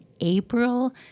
April